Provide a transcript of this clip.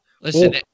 Listen